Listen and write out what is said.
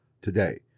today